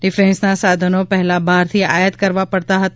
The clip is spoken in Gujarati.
ડિફેન્સના સાધનો પહેલા બહારથી આયાત કરવા પડતા હતા